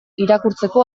irakurtzeko